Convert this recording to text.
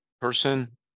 person